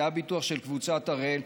זה היה ביטוח של קבוצת הראל,